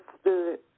stood